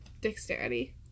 Dexterity